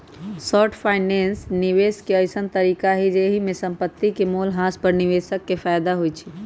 short finance निवेश के अइसँन तरीका हइ जाहिमे संपत्ति के मोल ह्रास पर निवेशक के फयदा होइ छइ